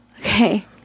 Okay